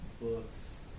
books